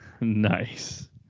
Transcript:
Nice